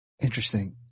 interesting